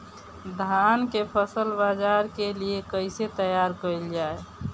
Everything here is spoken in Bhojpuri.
धान के फसल बाजार के लिए कईसे तैयार कइल जाए?